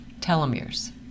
Telomeres